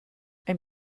ein